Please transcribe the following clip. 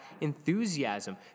enthusiasm